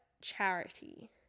charity